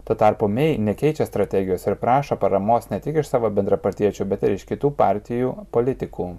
tuo tarpu mei nekeičia strategijos ir prašo paramos ne tik iš savo bendrapartiečių bet ir iš kitų partijų politikų